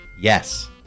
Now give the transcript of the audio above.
Yes